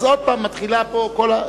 אז עוד פעם מתחיל פה הכול.